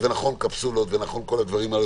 אז נכון קפסולות ונכון כל הדברים האלה,